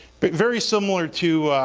but very similar to.